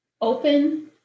open